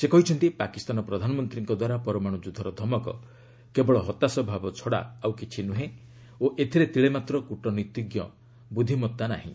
ସେ କହିଛନ୍ତି ପାକିସ୍ତାନ ପ୍ରଧାନମନ୍ତ୍ରୀଙ୍କ ଦ୍ୱାରା ପରମାଣୁ ଯୁଦ୍ଧର ଧମକ କେବଳ ହତାଶଭାବ ଛଡ଼ା ଆଉ କିଛି ନୁହେଁ ଓ ଏଥିରେ ତିଳେମାତ୍ର କ୍ରଟନୀତିଜ୍ଞ ବୁଦ୍ଧିମତା ନାହିଁ